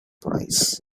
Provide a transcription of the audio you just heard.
price